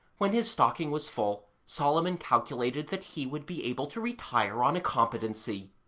when his stocking was full, solomon calculated that he would be able to retire on a competency.